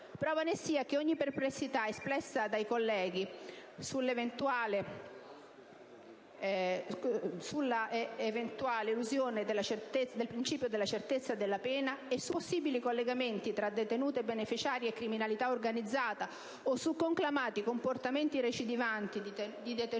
Prova ne sia che ogni perplessità espressa dai colleghi sull'eventuale elusione del principio della certezza della pena e su possibili collegamenti tra detenute beneficiarie e criminalità organizzata o su conclamati comportamenti recidivanti di detenute